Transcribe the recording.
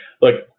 look